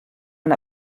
man